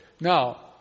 Now